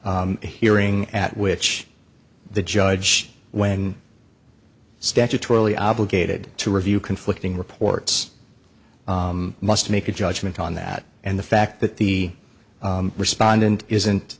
hearing at which the judge when statutorily obligated to review conflicting reports must make a judgment on that and the fact that the respondent isn't